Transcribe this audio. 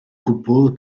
gwbl